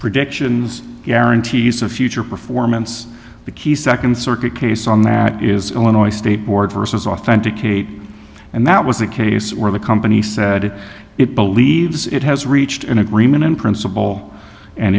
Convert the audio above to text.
predictions guarantees a future performance bikies second circuit case on that is illinois state board versus authenticate and that was the case where the company said it believes it has reached an agreement in principle and